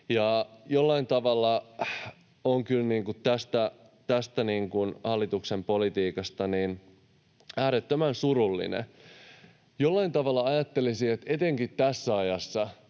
Jollain tavalla olen kyllä tästä hallituksen politiikasta äärettömän surullinen. Ajattelisi, että etenkin tässä ajassa,